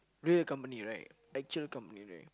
real company right actual company right